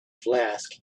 flask